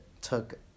took